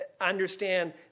understand